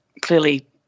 clearly